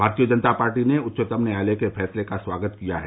भारतीय जनता पार्टी ने उच्चतम न्यायालय के फैसले का स्वागत किया है